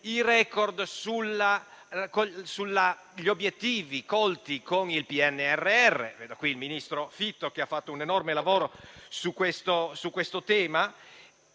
i *record* sugli obiettivi colti con il PNRR. Vedo qui il ministro Fitto, che ha fatto un enorme lavoro su questo tema.